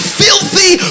filthy